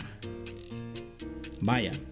Vaya